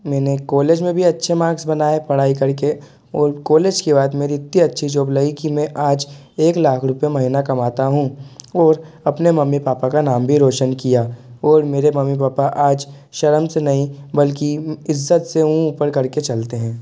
मैंने कॉलेज में भी अच्छे मार्क्स बनाए पढ़ाई करके और कॉलेज के बाद मेरी इतनी अच्छी जॉब लगी कि मैं आज एक लाख रुपए महीना कमाता हूँ और अपने मम्मी पापा का नाम भी रौशन किया और मेरे मम्मी पापा आज शर्म से नहीं बल्कि इज्ज़त से मुँह ऊपर करके चलते हैं